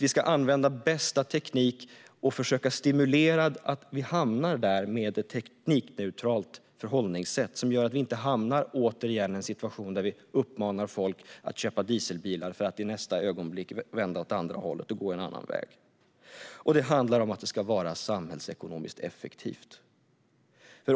Vi ska använda bästa teknik och försöka stimulera att vi hamnar där med ett teknikneutralt förhållningssätt, som gör att vi inte återigen hamnar i en situation som den där vi uppmanade folk att köpa dieselbilar för att i nästa ögonblick vända åt andra hållet och gå en annan väg. Det handlar om att det ska vara samhällsekonomiskt effektivt.